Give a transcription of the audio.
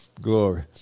glory